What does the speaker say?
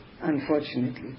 unfortunately